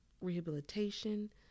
rehabilitation